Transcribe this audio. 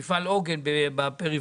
הוא מפעל עוגן בפריפריה,